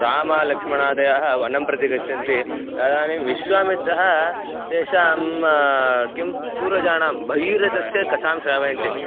रामालक्ष्मणादयः वनं प्रति गच्छन्ति तदानीं विश्वामित्रः तेषां किं पूर्वजानां भगीरथस्य कथां श्रावयन्ति